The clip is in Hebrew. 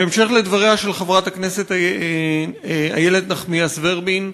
בהמשך לדבריה של חברת הכנסת איילת נחמיאס ורבין,